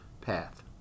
path